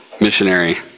missionary